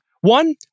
One